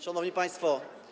Szanowni Państwo!